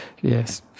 yes